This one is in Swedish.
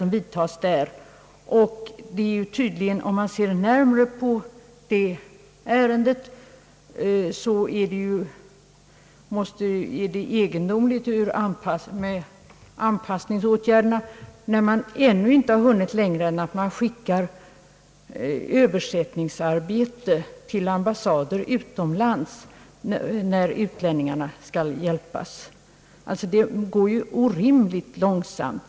Om man ser närmare på anpassningsåtgärderna finner man det egendomligt att kommissionen inte hunnit längre än att den arbetar på sådant sätt att den, som invandrartidningen påpekar, skickar översättningsarbete till ambassader utomlands när utlänningarna skall hjälpas. Det går ju orimligt långsamt.